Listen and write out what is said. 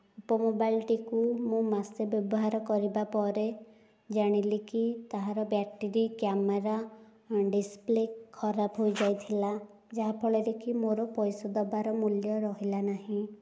Oppo mobile ଟିକୁ ମୁଁ ମାସେ ବ୍ୟବହାର କରିବା ପରେ ଜାଣିଲି କି ତାହାର ବେଟ୍ରି କ୍ୟାମେରା ଡ଼ିସ୍ପ୍ଲେ ଖରାପ୍ ହୋଇଯାଇଥିଲା ଯାହାଫଳରେ କି ମୋର ପଇସା ଦେବାର ମୂଲ୍ୟ ରହିଲା ନାହିଁ